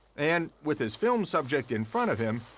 and, with his film subject in front of him,